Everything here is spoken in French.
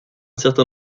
certain